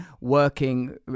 working